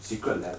Secretlab